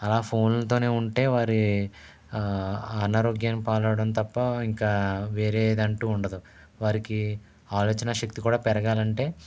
అలా ఫోన్లతోనే ఉంటే వారి అనారోగ్యం పాలవడం తప్పా ఇంకా వేరే ఏదంటూ ఉండదు వారికి ఆలోచన శక్తి కూడా పెరగాలంటే